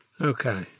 Okay